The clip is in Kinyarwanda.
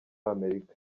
amerika